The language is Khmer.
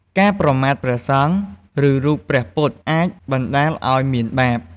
ការប្រមាថព្រះសង្ឃ ឬរូបព្រះពុទ្ធអាចបណ្តាលឲ្យមានបាប។